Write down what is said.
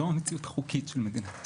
זאת המציאות החוקית של מדינת ישראל,